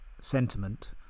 sentiment